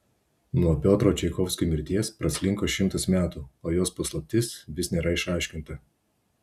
nuo piotro čaikovskio mirties praslinko šimtas metų o jos paslaptis vis nėra išaiškinta